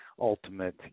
ultimate